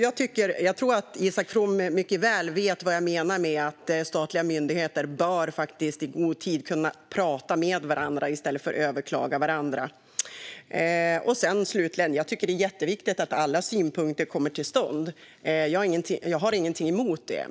Jag tror att Isak From mycket väl vet vad jag menar med att statliga myndigheter i god tid bör kunna prata med varandra i stället för att överklaga varandras beslut. Slutligen tycker jag att det är jätteviktigt att alla synpunkter får höras. Jag har ingenting emot det.